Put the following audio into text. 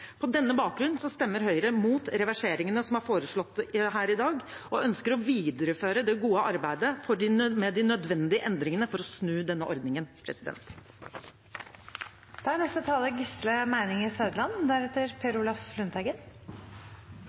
På denne bakgrunn stemmer Høyre mot reverseringene som er foreslått her i dag, og ønsker å videreføre det gode arbeidet med de nødvendige endringene for å snu denne ordningen. Vi behandler i dag to saker som i behandlingen er